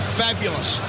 fabulous